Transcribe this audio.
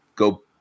Go